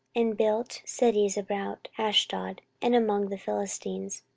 and built cities about ashdod, and among the philistines.